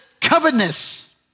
covetousness